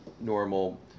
normal